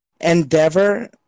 Endeavor